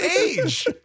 age